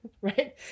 right